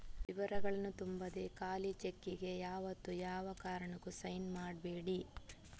ವಿವರಗಳನ್ನ ತುಂಬದೆ ಖಾಲಿ ಚೆಕ್ಕಿಗೆ ಯಾವತ್ತೂ ಯಾವ ಕಾರಣಕ್ಕೂ ಸೈನ್ ಮಾಡ್ಬೇಡಿ